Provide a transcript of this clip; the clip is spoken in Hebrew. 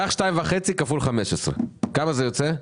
קח 2.5 כפול 15. כמה זה יוצא?